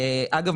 אגב,